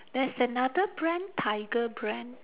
there's another brand tiger brand